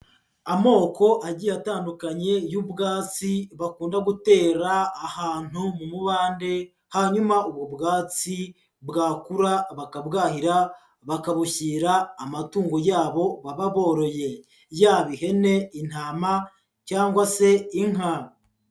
Amoko agiye atandukanye y'ubwatsi bakunda gutera ahantu mu mubande hanyuma ubu bwatsi bwakura bakabwahira bakabushyira amatungo yabo baba boroye, yaba ihene, intama cyangwa se inka.